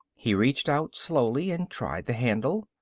he reached out slowly and tried the handle.